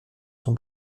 son